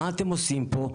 מה אתם עושים פה?